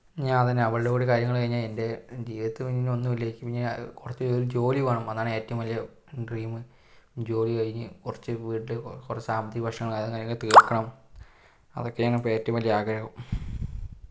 ഇനി അത് അവളുടെ കൂടെ കാര്യങ്ങൾ കഴിഞ്ഞാൽ എന്റെ ജീവിതത്തിൽ ഇനി ഒന്നുമില്ല എനിക്ക് പിന്നെ കുറച്ചു ഒരു ജോലി വേണം അതാണ് ഏറ്റവും വലിയ ഡ്രീം ജോലി കഴിഞ്ഞ് കുറച്ച് വീട്ടിൽ കുറച്ച് സാമ്പത്തിക പ്രശ്നങ്ങൾ കാര്യങ്ങൾ തീർക്കണം അതൊക്കെയാണ് ഇപ്പോൾ ഏറ്റവും വലിയ ആഗ്രഹം